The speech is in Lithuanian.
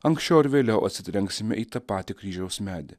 anksčiau ar vėliau atsitrenksime į tą patį kryžiaus medį